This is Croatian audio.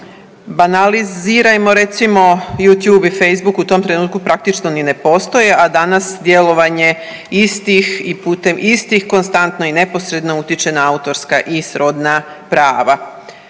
Banalizirajmo recimo Youtube i Facebooku u tom trenutku praktično ni ne postoje, a danas djelovanje istih i putem istih, konstantno i neposredno utječe na autorska i srodna prava.